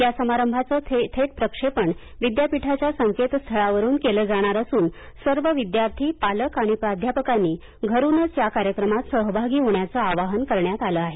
या समारंभाचं थेट प्रक्षेपण विद्यापीठाच्या संकेतस्थळावरून केलं जाणार असून सर्व विद्यार्थी पालक आणि प्राध्यापकांनी घरूनच या कार्यक्रमात सहभागी होण्याचं आवाहन करण्यात आलं आहे